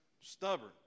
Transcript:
stubborn